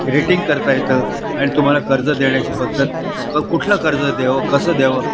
rating करता येतं आणि तुम्हाला कर्ज देण्याची पद्धत क कुठलं कर्ज द्यावं कसं द्यावं